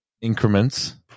increments